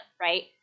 right